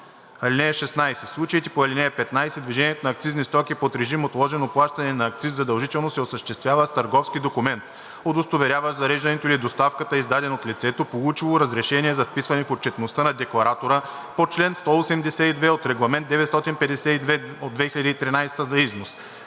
период. (16) В случаите по ал. 15 движението на акцизни стоки под режим отложено плащане на акциз задължително се осъществява с търговски документ, удостоверяващ зареждането или доставката, издаден от лицето, получило разрешение за вписване в отчетността на декларатора по чл. 182 от Регламент 952/2013 г. за износ.